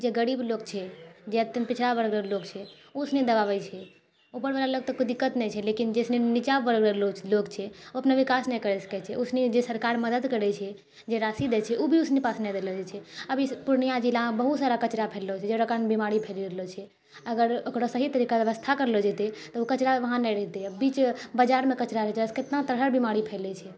जे गरीब लोक छै जे अत्यन्त पिछड़ा वर्गक लोक छै उसने दबावै छै ऊपरवला लोग तऽ कोइ दिक्कत नहि छै लेकिन जैसनी नीचाँ वर्गक लो लोक छै ओसनी विकास नहि करि सकै छै उसने जे सरकार मदद करै छै जे राशि दै छै ओ भी उसने पास नहि रहै छै अभी जैसे पूर्णियाँ जिलामे बहुत सारा कचड़ा फैललो छै जकरा कारण बीमारी फैलि रहलो छै अगर ओकरा सही तरीकाके व्यवस्था करलो जेतै तऽ ओ कचड़ा वहाँ नहि रहितै बीच बाजारमे कचड़ा रहै छै ओकरासँ केतना तरहके बीमारी फैलै छै